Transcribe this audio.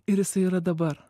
ir jisai yra dabar